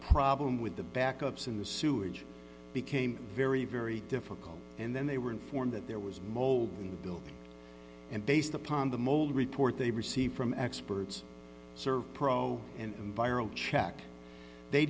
problem with the backups in the sewage became very very difficult and then they were informed that there was mold in the building and based upon the mold report they received from experts serve pro and viral check they